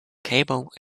cable